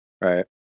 right